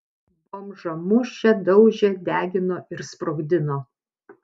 bomžą mušė daužė degino ir sprogdino